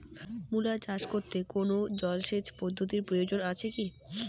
মূলা চাষ করতে কোনো জলসেচ পদ্ধতির প্রয়োজন আছে কী?